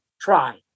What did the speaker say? Try